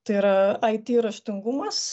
tai yra it raštingumas